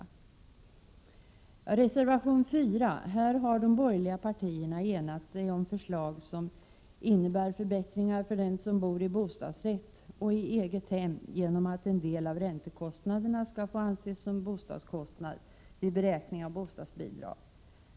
I reservation 4 har de borgerliga partierna enat sig om förslag som innebär förbättringar för dem som bor i lägenhet med bostadsrätt och i egnahem genom att en del av räntekostnaden skall få anses som bostadskostnad vid beräkning av bostadsbidrag.